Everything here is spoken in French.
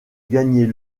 gagner